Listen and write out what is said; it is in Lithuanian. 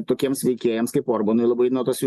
tokiems veikėjams kaip orbanui labai nuo tos ri